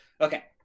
Okay